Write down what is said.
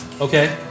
Okay